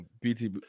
BT